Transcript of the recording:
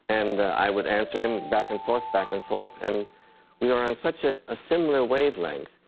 and i would answer him back and forth, back and forth, and we were on such a similar wavelength.